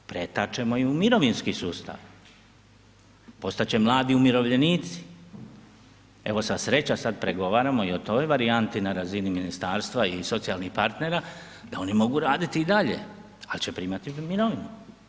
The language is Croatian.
Pretačemo i u mirovinski sustav, postat će mladi umirovljenici, evo sva sreća sad pregovaramo i o toj varijanti na razini ministarstva i socijalnih partnera da oni mogu raditi i dalje, al će primati ljudi mirovinu.